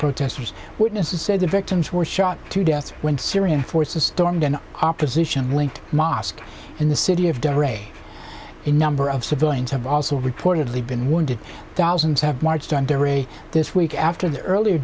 protesters witnesses said the victims were shot to death when syrian forces stormed an opposition linked mosque in the city of daraa a number of civilians have also reportedly been wounded thousands have marched on during this week after the earlier